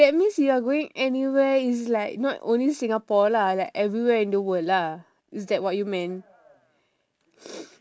that means you are going anywhere is like not only singapore lah like everywhere in the world lah is that what you meant